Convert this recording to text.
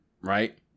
right